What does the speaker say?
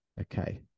Okay